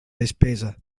despesa